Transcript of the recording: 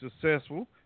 successful